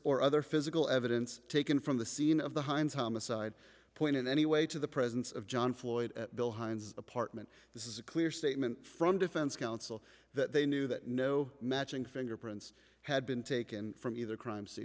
or other physical evidence taken from the scene of the hinds homicide point in any way to the presence of john floyd at bill hines apartment this is a clear statement from defense counsel that they knew that no matching fingerprints had been taken from either crime s